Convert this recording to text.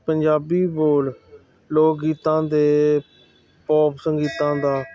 ਪੰਜਾਬੀ ਬੋਲ ਲੋਕ ਗੀਤਾਂ ਦੇ ਪੋਪ ਸੰਗੀਤਾਂ ਦਾ